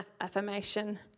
affirmation